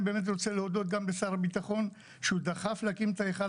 באמת רוצה להודות גם לשר הבטחון שהוא דחף להקים את ההיכל